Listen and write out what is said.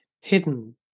hidden